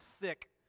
thick